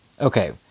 Okay